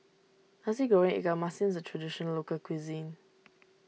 Nasi Goreng Ikan Masin is a Traditional Local Cuisine